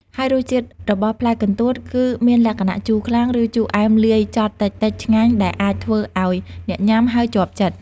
ហើយរសជាតិរបស់ផ្លែកន្ទួតគឺមានលក្ខណៈ ជូរខ្លាំង ឬជូរអែមលាយចត់តិចៗឆ្ងាញ់ ដែលអាចធ្វើឱ្យអ្នកញ៉ាំហើយជាប់ចិត្ត។